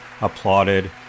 applauded